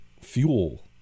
fuel